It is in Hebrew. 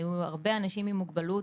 היו הרבה אנשים עם מוגבלות,